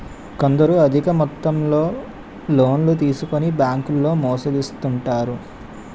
కొందరు అధిక మొత్తంలో లోన్లు తీసుకొని బ్యాంకుల్లో మోసగిస్తుంటారు